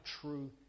true